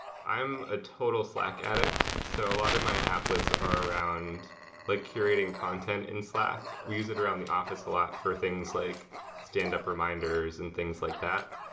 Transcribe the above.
i'm a total slack addict, so a lot of my applets are around like curating content in slack. we use it around the office a lot for things like standup reminders and things like that.